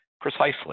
Precisely